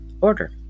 order